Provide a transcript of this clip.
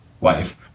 wife